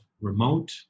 remote